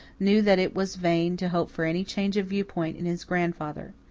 knew that it was vain to hope for any change of viewpoint in his grandfather.